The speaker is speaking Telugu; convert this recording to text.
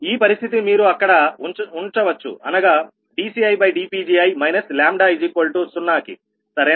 ఈ పరిస్థితిని మీరు అక్కడ ఉంచవచ్చు అనగా dCidPgi λ0 కి సరేనా